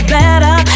better